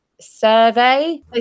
survey